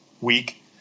week